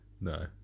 No